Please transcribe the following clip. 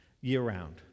Year-round